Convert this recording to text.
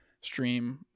stream